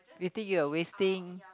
you think you are wasting